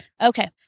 Okay